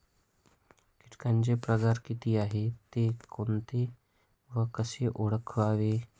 किटकांचे प्रकार किती आहेत, ते कोणते व कसे ओळखावे?